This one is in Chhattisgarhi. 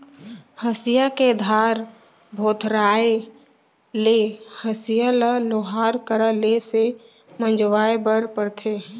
हँसिया के धार भोथराय ले हँसिया ल लोहार करा ले से मँजवाए बर परथे